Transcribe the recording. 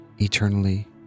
eternally